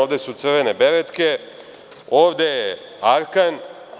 Ovde su Crvene beretke, ovde je Arkan.